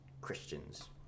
Christians